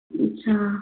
अच्छा